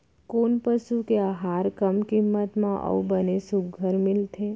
कोन पसु के आहार कम किम्मत म अऊ बने सुघ्घर मिलथे?